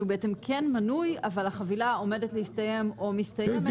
שהוא בעצם כן מנוי אבל החבילה עומדת להסתיים או מסתיימת.